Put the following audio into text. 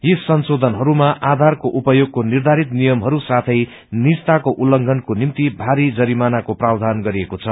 यी संशोधनहरूमा आधारको उपयोगको निर्धारित नियमहरू साौँ निजताको उल्लघंनको निमित भारी जरिमानाको प्रावधान गरिएको छ